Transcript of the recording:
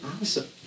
Awesome